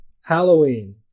Halloween